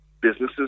businesses